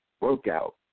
workout